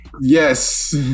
Yes